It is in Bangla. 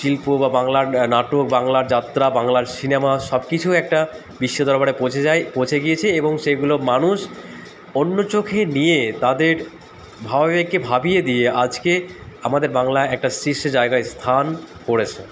শিল্প বা বাংলার নাটক বাংলার যাত্রা বাংলার সিনেমা সব কিছু একটা বিশ্ব দরবারে পঁছে যায় পৌঁছে গিয়েছে এবং সেইগুলো মানুষ অন্য চোখে নিয়ে তাদের ভাবাবেগকে ভাবিয়ে দিয়ে আজকে আমাদের বাংলাায় একটা শীর্ষ জায়গায় স্থান করেছে